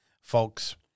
folks